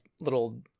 little